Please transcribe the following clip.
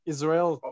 Israel